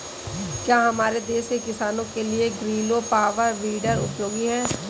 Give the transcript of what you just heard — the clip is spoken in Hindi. क्या हमारे देश के किसानों के लिए ग्रीलो पावर वीडर उपयोगी है?